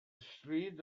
stryd